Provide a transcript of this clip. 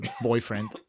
boyfriend